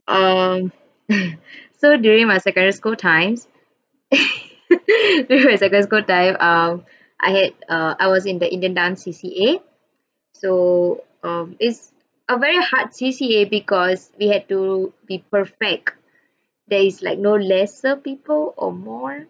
um so during my secondary school times during my secondary school time um I had uh I was in the indian dance C_C_A so um it's a very hard C_C_A because we had to be perfect there is like no lesser people or more